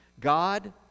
God